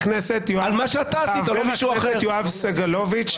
תודה רבה, חבר הכנסת יואב סגלוביץ'.